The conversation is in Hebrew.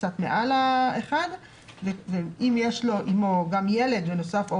קצת מעל 1. אם יש אתו ילד בנוסף,